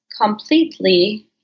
completely